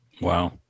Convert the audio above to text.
wow